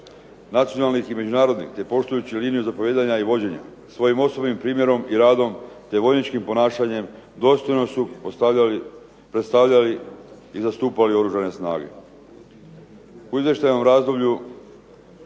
nacionalnih i međunarodnih, te poštujući liniju zapovijedanja svojim osobnim primjerom i radom, te vojničkim ponašanjem dostojno su postavljali, predstavljali i zastupali oružane snage.